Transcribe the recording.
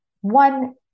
One